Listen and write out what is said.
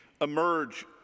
emerge